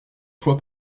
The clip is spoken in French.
fois